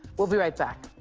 we'll be right back.